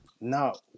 No